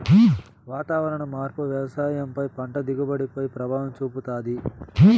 వాతావరణ మార్పు వ్యవసాయం పై పంట దిగుబడి పై ప్రభావం చూపుతాది